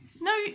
no